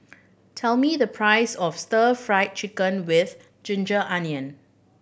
tell me the price of Stir Fry Chicken with ginger onion